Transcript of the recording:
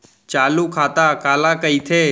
चालू खाता काला कहिथे?